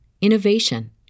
innovation